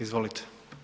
Izvolite.